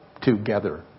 together